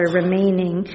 remaining